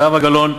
זהבה גלאון,